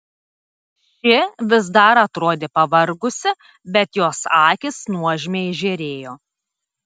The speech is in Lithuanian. ši vis dar atrodė pavargusi bet jos akys nuožmiai žėrėjo